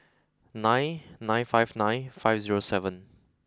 nine nine five nine five zero seven